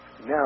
Now